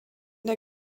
der